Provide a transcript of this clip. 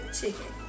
chicken